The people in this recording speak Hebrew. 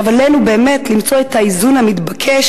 עלינו באמת למצוא את האיזון המתבקש,